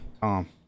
Tom